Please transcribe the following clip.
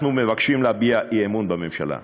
אנחנו מבקשים להביע אי-אמון בממשלה.